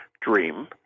dream